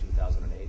2008